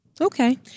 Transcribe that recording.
Okay